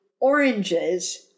oranges